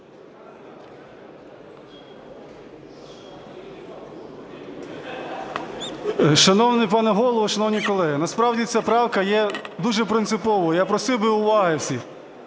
Шановний пане Голово, шановні колеги, насправді ця правка є дуже принциповою, я просив би уваги всіх!